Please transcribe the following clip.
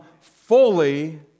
fully